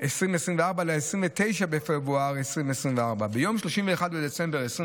2024 ל-29 בפברואר 2024. ביום 31 בדצמבר 2023